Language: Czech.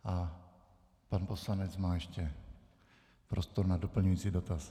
A pan poslanec má ještě prostor na doplňující dotaz.